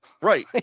Right